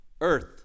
earth